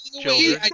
children